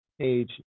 page